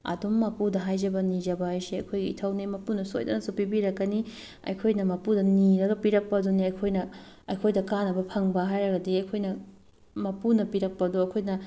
ꯑꯗꯨꯝ ꯃꯄꯨꯗ ꯍꯥꯏꯖꯕ ꯅꯤꯖꯕ ꯍꯥꯏꯁꯦ ꯑꯩꯈꯣꯏꯒꯤ ꯏꯊꯧꯅꯦ ꯃꯄꯨꯅ ꯁꯣꯏꯗꯅꯁꯨ ꯄꯤꯕꯤꯔꯛꯀꯅꯤ ꯑꯩꯈꯣꯏꯅ ꯃꯄꯨꯗ ꯅꯤꯔꯒ ꯄꯤꯔꯛꯄ ꯑꯗꯨꯅꯤ ꯑꯩꯈꯣꯏꯅ ꯑꯩꯈꯣꯏꯗ ꯀꯥꯟꯅꯕ ꯐꯪꯕ ꯍꯥꯏꯔꯒꯗꯤ ꯑꯩꯈꯣꯏꯅ ꯃꯄꯨꯅ ꯄꯤꯔꯛꯄꯗꯣ ꯑꯩꯈꯣꯏꯅ